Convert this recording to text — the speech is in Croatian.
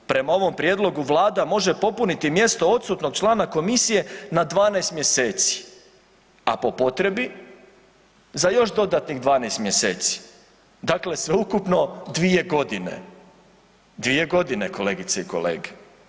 Prema ovom prijedlogu vlada može popuniti mjesto odsutnog člana komisije na 12 mjeseci, a po potrebi za još dodatnih 12 mjeseci, dakle sveukupno 2.g., 2.g. kolegice i kolege.